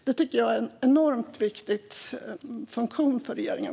Det här är en enormt viktig uppgift för regeringen.